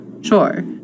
Sure